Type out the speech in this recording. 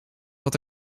wat